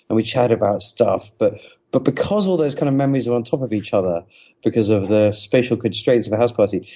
and we chatted about stuff. but but because all those kind of memories are on top of each other because of the spatial constraints of a house party,